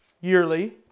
yearly